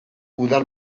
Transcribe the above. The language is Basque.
udal